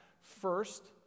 first